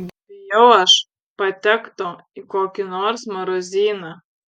bijau aš patekto į kokį nors marozyną